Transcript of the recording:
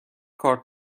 کارت